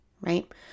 right